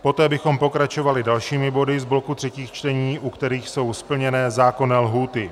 Poté bychom pokračovali dalšími body z bloku třetích čtení, u kterých jsou splněné zákonné lhůty.